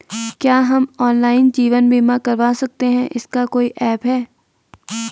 क्या हम ऑनलाइन जीवन बीमा करवा सकते हैं इसका कोई ऐप है?